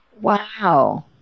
Wow